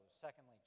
Secondly